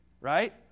right